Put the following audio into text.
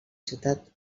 ciutat